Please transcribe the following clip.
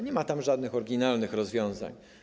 Nie ma tu żadnych oryginalnych rozwiązań.